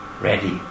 ready